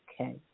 Okay